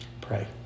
pray